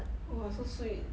!wah! so sweet